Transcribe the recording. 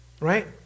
right